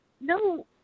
No